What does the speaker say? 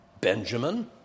Benjamin